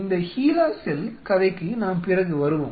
இந்த HeLa cell கதைக்கு நாம் பிறகு வருவோம்